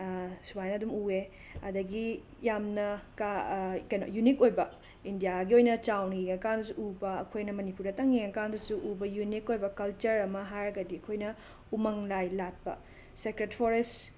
ꯁꯨꯃꯥꯏꯅ ꯑꯗꯨꯝ ꯎꯋꯦ ꯑꯗꯒꯤ ꯌꯥꯝꯅ ꯀꯥ ꯀꯩꯅꯣ ꯌꯨꯅꯤꯛ ꯑꯣꯏꯕ ꯏꯟꯗꯤꯌꯥꯒꯤ ꯑꯣꯏꯅ ꯆꯥꯎꯅ ꯌꯦꯡꯉꯀꯥꯟꯗꯁꯨ ꯎꯕ ꯑꯩꯈꯣꯏꯅ ꯃꯅꯤꯄꯨꯔꯗꯇꯪ ꯌꯦꯡꯉꯀꯥꯟꯗꯁꯨ ꯎꯕ ꯌꯨꯅꯤꯛ ꯑꯣꯏꯕ ꯀꯜꯆꯔ ꯑꯃ ꯍꯥꯏꯔꯒꯗꯤ ꯑꯈꯣꯏꯅ ꯎꯃꯪꯂꯥꯏ ꯂꯥꯠꯄ ꯁꯦꯀ꯭ꯔꯦꯗ ꯐꯣꯔꯦꯁ